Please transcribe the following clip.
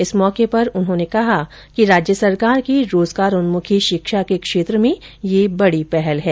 इस मौके पर उन्होंने कहा कि राज्य सरकार की रोजगारोन्मुखी षिक्षा के क्षेत्र में यह बड़ी पहल है